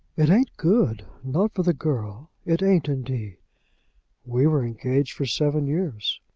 it ain't good not for the girl it ain't, indeed. we were engaged for seven years.